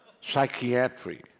Psychiatry